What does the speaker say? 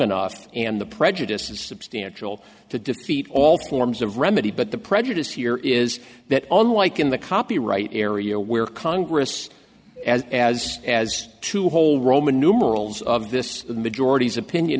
enough and the prejudice is substantial to defeat all to forms of remedy but the prejudice here is that unlike in the copyright area where congress as as as two whole roman numerals of this majorities opinion